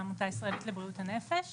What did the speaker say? העמותה הישראלית לבריאות הנפש.